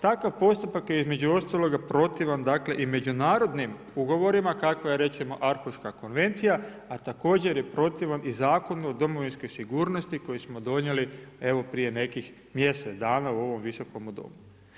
Takav postupak je između ostaloga protivan, dakle i međunarodnim ugovorima kakva je recimo Arhuška konvencija, a također je protivan i Zakonu o Domovinskoj sigurnosti koju smo donijeli evo prije nekih mjesec dana u ovom Visokomu domu.